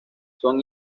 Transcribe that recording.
son